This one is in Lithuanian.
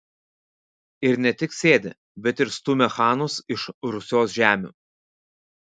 ir ne tik sėdi bet ir stumia chanus iš rusios žemių